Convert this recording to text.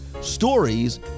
stories